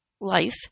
life